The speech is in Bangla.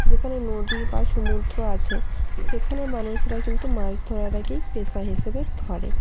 যেখানে নদী বা সমুদ্র আছে সেখানের মানুষরাই কিন্তু মাছধরাটাকেই পেশা হিসাবে ধরে